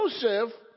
Joseph